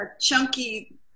chunky